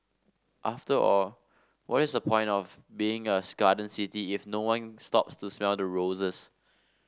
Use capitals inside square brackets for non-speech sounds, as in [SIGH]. after all what is the point of being a [UNINTELLIGIBLE] garden city if no one stops to smell the roses